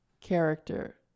character